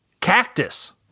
Cactus